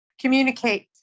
Communicate